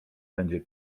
będzie